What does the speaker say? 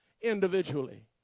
individually